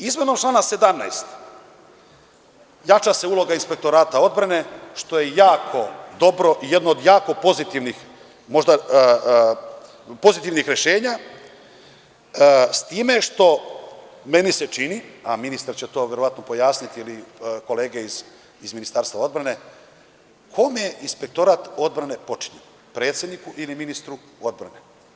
Izmenom člana 17. jača se uloga Inspektorata odbrane, što je jako dobro i jedno od jako pozitivnih rešenja s time što, meni se čini, a ministar će to verovatno to pojasniti i kolege iz Ministarstva odbrane kome Inspektorat odbrane je potčinjen, predsedniku ili ministru odbrane.